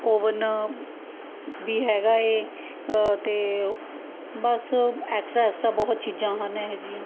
oven ਵੀ ਹੈਗਾ ਹੈ ਅਤੇ ਬਸ ਐਕਸਟ੍ਰਾ ਐਸਟ੍ਰਾ ਬਹੁਤ ਚੀਜ਼ਾਂ ਹਨ ਇਹੋ ਜਿਹੀਆਂ